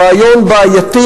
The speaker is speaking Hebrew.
רעיון בעייתי,